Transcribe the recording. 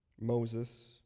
Moses